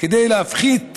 כדי להפחית